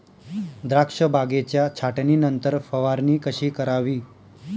द्राक्ष बागेच्या छाटणीनंतर फवारणी कशी करावी?